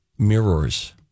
mirrors